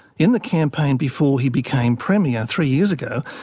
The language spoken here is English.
in the campaign before he became premier three years ago,